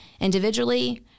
individually